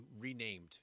renamed